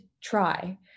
try